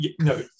no